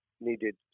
needed